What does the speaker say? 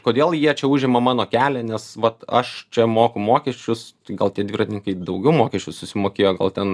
kodėl jie čia užima mano kelią nes vat aš čia moku mokesčius gal tie dviratininkai daugiau mokesčių susimokėjo gal ten